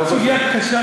סוגיה קשה,